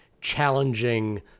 challenging